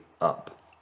up